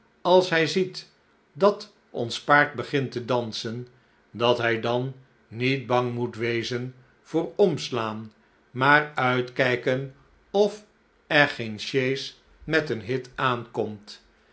als hij ziet dat ons paard begint te dansen dat hij dan niet bang moet wezen voor omslaan maar uitkijken of er geen sjees met een hit aankomt